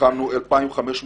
הובלנו 2,500